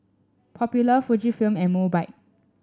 popular Fujifilm and Mobike